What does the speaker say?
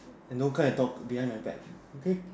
and don't come and talk behind my back okay